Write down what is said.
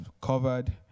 covered